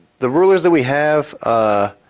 the rulers that we have ah